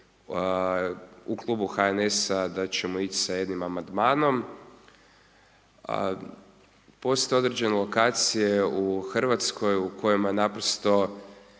u klubu HNS-a da ćemo ići sa jednim amandmanom. Postoje određene lokacije u Hrvatskoj u kojima naprosto